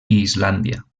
islàndia